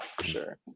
Sure